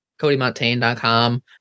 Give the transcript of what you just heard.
CodyMontaigne.com